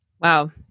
Wow